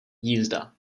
jízda